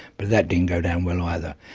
but that didn't go down well, either.